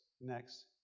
Next